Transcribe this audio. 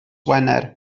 wener